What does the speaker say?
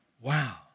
Wow